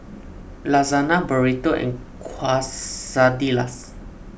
Lasagna Burrito and Quesadillas